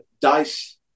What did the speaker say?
dice